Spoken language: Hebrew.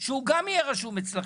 שהוא גם יהיה רשום אצלכם.